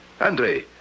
Andrei